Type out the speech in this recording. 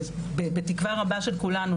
בתקווה רבה של כולנו,